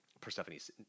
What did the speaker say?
Persephone's